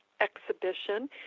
exhibition